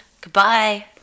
goodbye